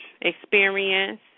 experience